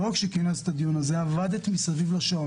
לא רק שכינסת את הדיון הזה אלא עבדת סביב השעון